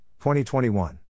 2021